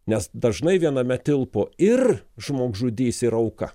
nes dažnai viename tilpo ir žmogžudys ir auka